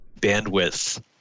bandwidth